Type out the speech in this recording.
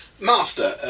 Master